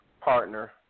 partner